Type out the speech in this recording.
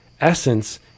essence